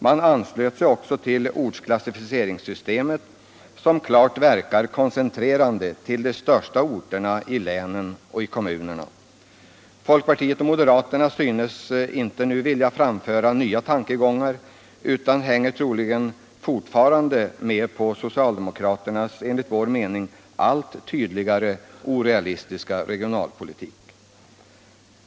Man anslöt sig också till ortsklassificeringssystemet, som klart verkar koncentrerande till de största orterna i länen och i kommunerna. Folkpartiet och moderaterna synes inte nu vilja framföra nya tankegångar utan hänger troligen fortfarande med på socialdemokraternas enligt vår mening allt tydligare orealistiska regionalpolitik.